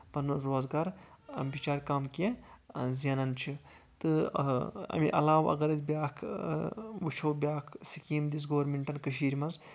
پَنُن روزگار بِچار کَم کیٚنٛہہ زینان چھِ تہٕ اَمہِ علاوٕ اَگر أسۍ بیاکھ وٕچھو بیاکھ سکیٖم دِژ گورمیٚنٹَن کٔشیٖر منٛز